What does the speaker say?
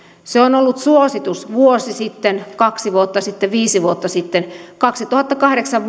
se on ollut suositus vuosi sitten kaksi vuotta sitten viisi vuotta sitten vuodesta kaksituhattakahdeksan